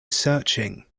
searching